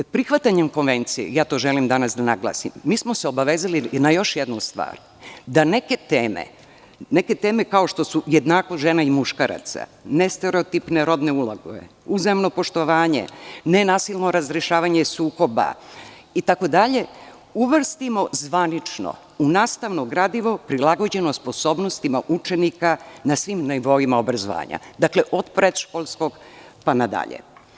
Prihvatanjem Konvencije, želim to danas da naglasim, mi smo se obavezali na još jednu stvar, da neke teme kao što su jednakost žena i muškaraca nestereotipne rodne uloge, uzajamno poštovanje, nenasilno razrešavanje sukoba, itd, uvrstimo zvanično u nastavno gradivo prilagođeno sposobnostima učenika na svim nivoima obrazovanja, dakle od predškolskog, pa na dalje.